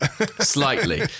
slightly